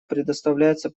предоставляется